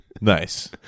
Nice